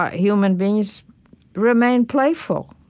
human beings remain playful